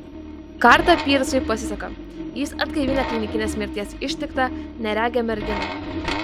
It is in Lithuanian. kartą pyrsui pasiseka jis atgaivina klinikinės mirties ištiktą neregę merginą